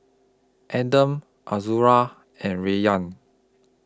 Adam Azura and Rayyan